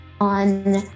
on